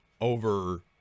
over